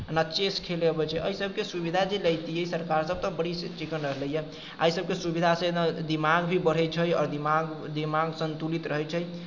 न चेस खेलय अबैत छै एहि सभके सुविधा जे लैतियै सरकारसभ तऽ बड़ी चिक्कन रहलैए एहि सभके सुविधासँ न दिमाग भी बढ़ै छै आओर दिमाग दिमाग सन्तुलित रहै छै